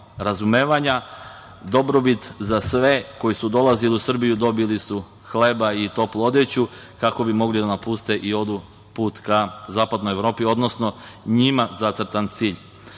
razumevanja, dobrobit za sve koji su dolazili u Srbiju. Dobili su hleba i toplu odeću, kako bi mogli da napuste i odu put ka zapadnoj Evropi, odnosno njima zacrtan cilj. Još